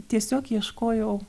tiesiog ieškojau